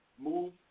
move